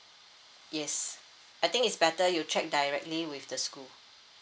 yes I think it's better you check directly with the school